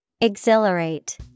Exhilarate